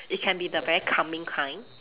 it can be the very calming kind